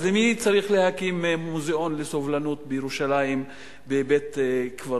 אז למי צריך להקים מוזיאון לסובלנות בירושלים בבית-קברות?